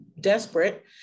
desperate